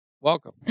Welcome